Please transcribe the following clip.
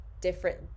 different